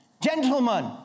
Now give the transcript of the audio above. Gentlemen